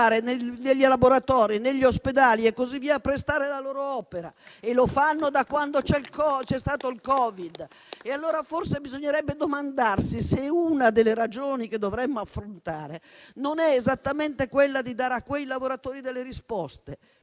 nei laboratori, negli ospedali e così via, a prestare la loro opera; e lo fanno da quando c'è stato il Covid. Allora forse bisognerebbe domandarsi se uno dei temi che dobbiamo affrontare non sia esattamente la necessità di dare a quei lavoratori delle risposte,